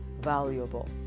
valuable